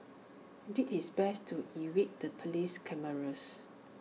did his best to evade the Police cameras